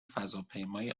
فضاپیمای